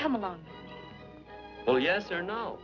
come along well yes or no